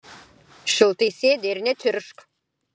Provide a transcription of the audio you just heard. šiltai sėdi ir nečirkšk